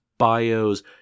bios